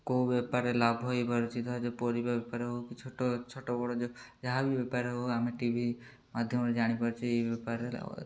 କେଉଁ ବେପାର ଲାଭ ହେଇପାରୁଛି ଧର ଯେଉଁ ପରିବା ବେପାର ହଉ କି ଛୋଟ ଛୋଟ ବଡ଼ ଯେଉଁ ଯାହା ବି ବେପାର ହଉ ଆମେ ଟି ଭି ମାଧ୍ୟମରେ ଜାଣିପାରୁଛେ ଏଇ ବେପାରରେ